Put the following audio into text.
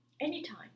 anytime